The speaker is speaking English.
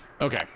Okay